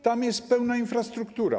Tam jest pełna infrastruktura.